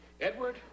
Edward